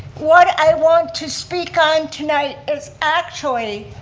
what i want to speak on tonight is actually,